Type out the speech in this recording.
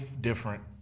different